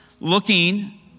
looking